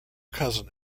cousin